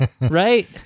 Right